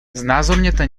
znázorněte